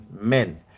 men